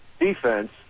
defense